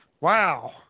Wow